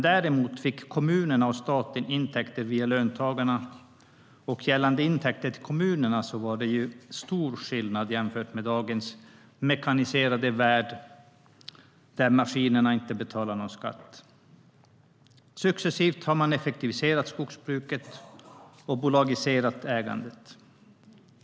Däremot fick kommunerna och staten intäkter via löntagarna, och gällande intäkter till kommunerna var det stor skillnad jämfört med dagens mekaniserade värld. Maskinerna betalar ju inte någon skatt. Successivt har man effektiviserat skogsbruket och bolagiserat ägandet.